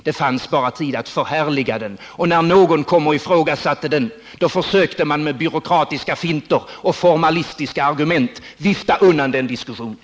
Det fanns bara tid att förhärliga den, och när någon kom och ifrågasatte den, försökte man med byråkratiska finter och formalistiska argument vifta undan den diskussionen.